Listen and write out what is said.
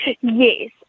Yes